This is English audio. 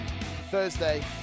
thursday